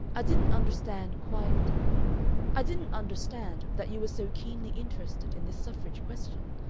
i didn't understand quite i didn't understand that you were so keenly interested in this suffrage question.